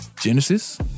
genesis